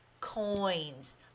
coins